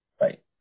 Right